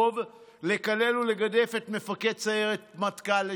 לקלל ולגדף את מפקד סיירת מטכ"ל לשעבר.